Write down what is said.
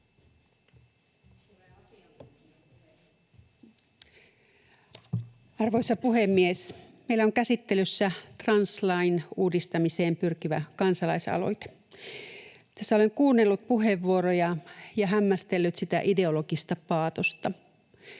Arvoisa puhemies! Meillä on käsittelyssä translain uudistamiseen pyrkivä kansalaisaloite. Tässä olen kuunnellut puheenvuoroja ja hämmästellyt sitä ideologista paatosta.